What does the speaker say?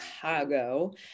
Chicago